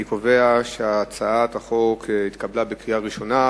אני קובע שהצעת החוק התקבלה בקריאה ראשונה,